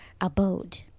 abode